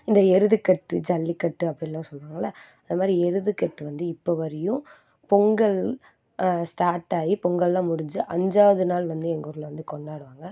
இந்த எருதுக்கட்டு ஜல்லிக்கட்டு அப்டிலாம் சொல்லுவாங்கள்ல அது மாதிரி எருதுக்கட்டு வந்து இப்போ வரையும் பொங்கல் ஸ்டாட்டாகி பொங்கல்லாம் முடிஞ்சி அஞ்சாவது நாள் வந்து எங்கள் ஊரில் வந்து கொண்டாடுவாங்க